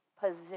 position